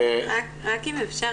רק אם אפשר,